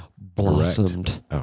Blossomed